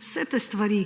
Vse te stvari